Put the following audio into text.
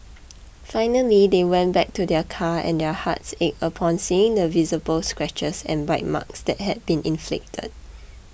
finally they went back to their car and their hearts ached upon seeing the visible scratches and bite marks that had been inflicted